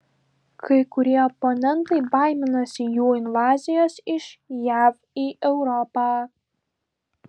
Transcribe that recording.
kai kurie oponentai baiminasi jų invazijos iš jav į europą